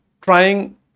trying